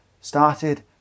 started